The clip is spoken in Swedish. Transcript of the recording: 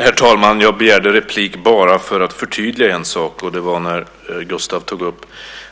Herr talman! Jag begärde replik bara för att förtydliga en sak. Gustav tog upp